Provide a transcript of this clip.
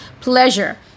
pleasure